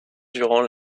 durant